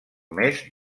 més